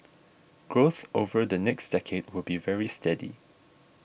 growth over the next decade will be very steady